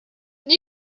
when